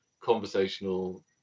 Conversational